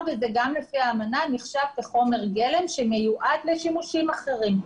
וגם לפי האמנה זה נחשב כחומר גלם שמיועד לשימושים אחרים.